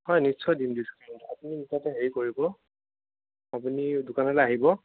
হয় নিশ্চয় দিম ডিচকাউণ্ট আপুনি তাতে হেৰি কৰিব আপুনি দোকানলৈ আহিব